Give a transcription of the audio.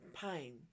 pain